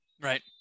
Right